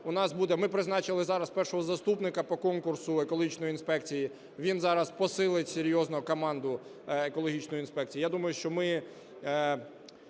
Ми призначили зараз першого заступника по конкурсу екологічної інспекції, він зараз посилить серйозно команду екологічної інспекції. Я думаю, що ми